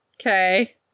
Okay